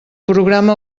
programa